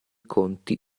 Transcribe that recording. conti